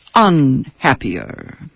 Unhappier